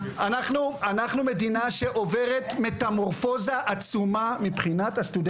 אנחנו מדינה שעוברת מטמורפוזה עצומה מבחינת הסטודנטים.